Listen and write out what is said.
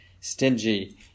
stingy